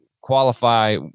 qualify –